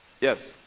yes